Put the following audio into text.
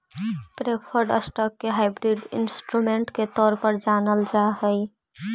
preferred stock के hybrid instrument के तौर पर जानल जा हइ